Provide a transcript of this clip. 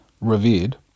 revered